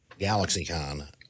GalaxyCon